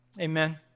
Amen